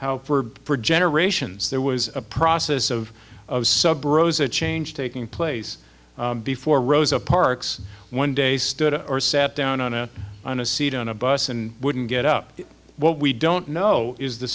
how for generations there was a process of sub rosa change taking place before rosa parks one day stood or sat down on a on a seat on a bus and wouldn't get up what we don't know is the